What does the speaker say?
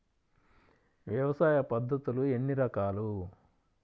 వ్యవసాయ పద్ధతులు ఎన్ని రకాలు?